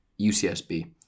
UCSB